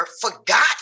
forgot